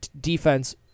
defense